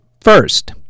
First